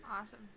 Awesome